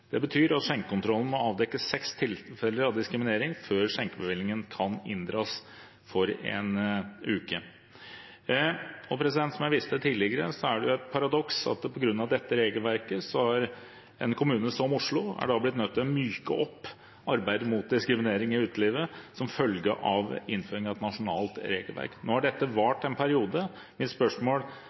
Det betyr at skjenkekontrollen må avdekke seks tilfeller av diskriminering før skjenkebevillingen kan inndras for en uke. Som jeg viste til tidligere, er det et paradoks at på grunn av dette regelverket er en kommune som Oslo blitt nødt til å myke opp arbeidet mot diskriminering i utelivet som følge av innføringen av et nasjonalt regelverk. Nå har dette vart en periode. Mitt spørsmål